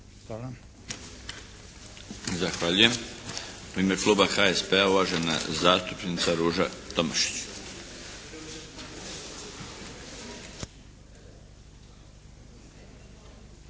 Zahvaljujem. U ime Kluba HSP-a uvažena zastupnica Ruža Tomašić.